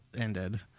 ended